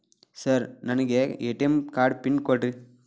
Sir ನನಗೆ ATM card pin ಕೊಡ್ರಿ?